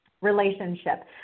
Relationship